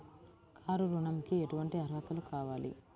Car ఋణంకి ఎటువంటి అర్హతలు కావాలి?